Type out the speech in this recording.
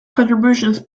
contributions